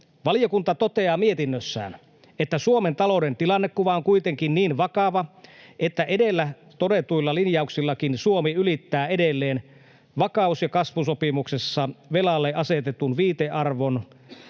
Valiokunta toteaa mietinnössään, että Suomen talouden tilannekuva on kuitenkin niin vakava, että edellä todetuilla linjauksillakin Suomi ylittää edelleen vakaus- ja kasvusopimuksessa velalle asetetun viitearvon